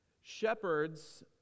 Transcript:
Shepherds